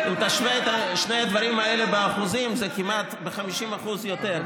זה כמעט ב-50% יותר.